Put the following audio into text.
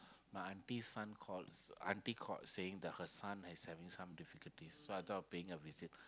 my aunty son calls aunty call saying the her son has having some difficulties so I thought of paying a visit